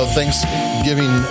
Thanksgiving